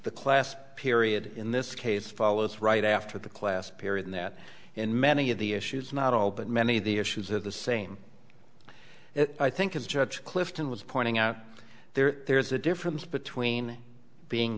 the class period in this case follows right after the class period in that in many of the issues not all but many of the issues of the same i think is judge clifton was pointing out there's a difference between being